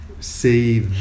see